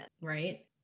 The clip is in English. right